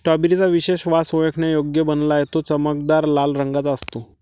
strawberry चा विशेष वास ओळखण्यायोग्य बनला आहे, तो चमकदार लाल रंगाचा असतो